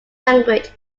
language